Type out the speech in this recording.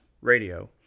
Radio